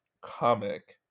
comic